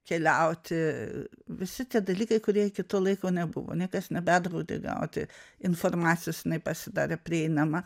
keliauti visi tie dalykai kurie iki to laiko nebuvo niekas nebedraudė gauti informacijos jinai pasidarė prieinama